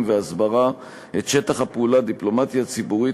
והסברה את שטח הפעולה דיפלומטיה ציבורית,